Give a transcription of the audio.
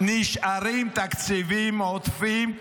-- נשארים תקציבים עודפים,